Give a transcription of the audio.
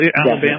Alabama